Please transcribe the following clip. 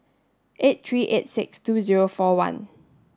eight three eight six two zero four one